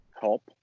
help